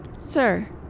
Sir